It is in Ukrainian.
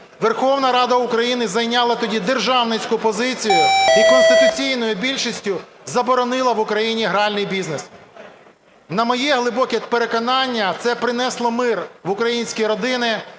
Верховна Рада України зайняла тоді державницьку позицію і конституційною більшістю заборонила в Україні гральний бізнес. На моє глибоке переконання, це принесло мир в українські родини,